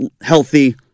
healthy